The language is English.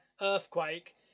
earthquake